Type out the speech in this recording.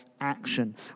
action